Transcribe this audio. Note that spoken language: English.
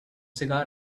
cigar